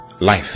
life